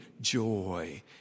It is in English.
joy